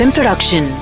Production